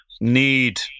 need